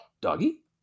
Doggy